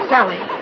Sally